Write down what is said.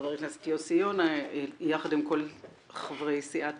שחבר הכנסת יוסי יונה יחד עם כל חברי סיעת